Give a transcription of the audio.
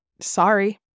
sorry